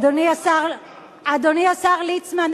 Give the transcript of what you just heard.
אדוני השר ליצמן,